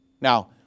Now